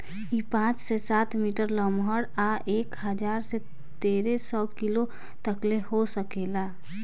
इ पाँच से सात मीटर लमहर आ एक हजार से तेरे सौ किलो तकले हो सकेला